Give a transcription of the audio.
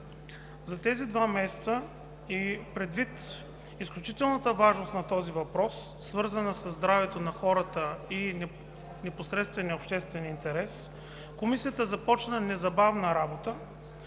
За тези два месеца и предвид изключителната важност на този въпрос, свързан със здравето на хората и непосредствения обществен интерес, Комисията започна незабавна работа,